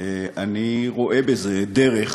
אני רואה בזה דרך